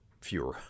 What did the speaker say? fewer